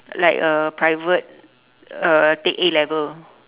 like a private uh take A-level